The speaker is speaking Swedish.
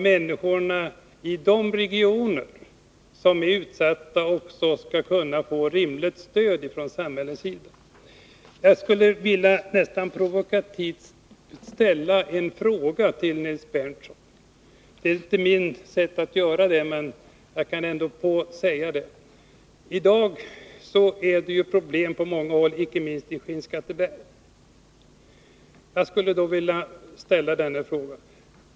Människorna i de regioner som är utsatta måste också få rimligt stöd från samhällets sida. Jag skulle nästan provokativt vilja ställa en fråga till Nils Berndtson — det är visserligen inte min sak att fråga i dessa sammanhang, men jag vill ändå göra det: I dag råder det problem på många håll, icke minst i Skinnskatteberg.